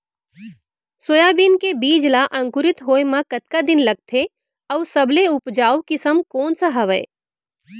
Soybean के बीज ला अंकुरित होय म कतका दिन लगथे, अऊ सबले उपजाऊ किसम कोन सा हवये?